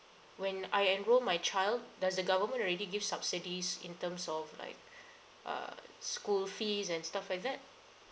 when I enroll my child does the government already give subsidies in terms of like err school fees and stuff like that